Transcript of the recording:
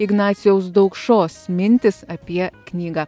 ignacijaus daukšos mintys apie knygą